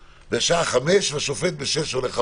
השעה 17:00, והשופט בשעה 18:00 הולך הביתה.